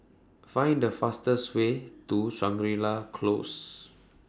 Find The fastest Way to Shangri La Close